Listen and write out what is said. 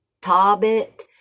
Tobit